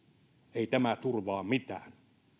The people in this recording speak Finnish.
ei tämä turvaa mitään